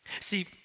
See